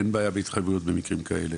אין בעיה בהתחייבויות במקרים כאלה?